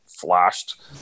flashed